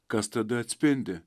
kas tada atspindi